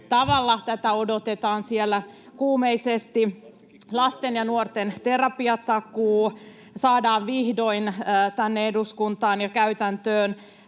Tätä odotetaan siellä kuumeisesti. Lasten ja nuorten terapiatakuu saadaan vihdoin tänne eduskuntaan ja käytäntöön,